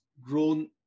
grown